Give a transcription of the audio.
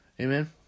amen